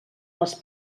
les